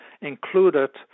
included